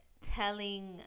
telling